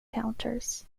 counters